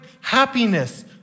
happiness